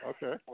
Okay